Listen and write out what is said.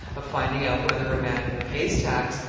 of finding out whether a man who pays tax,